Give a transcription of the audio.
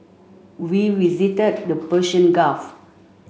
we visited the Persian Gulf